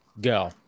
go